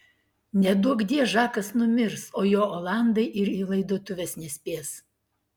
neduokdie žakas numirs o jo olandai ir į laidotuves nespės